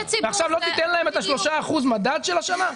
ועכשיו לא תיתן להם את ה-3% מדד של השנה?